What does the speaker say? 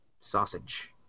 sausage